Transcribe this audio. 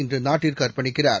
இன்று நாட்டுக்கு அர்ப்பணிக்கிறார்